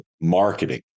marketing